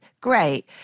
great